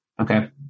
Okay